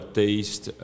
taste